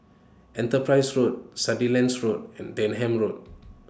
Enterprise Road Sandilands Road and Denham Road